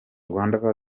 rwanda